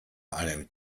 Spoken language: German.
einen